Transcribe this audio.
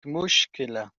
مشكلة